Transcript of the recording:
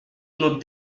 nous